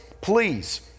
please